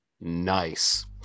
Nice